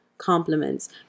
compliments